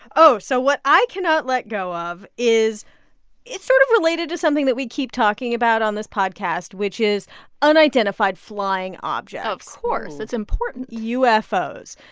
oh, so what i cannot let go of is it's sort of related to something that we keep talking about on this podcast, which is unidentified flying objects of course, it's important. ufos.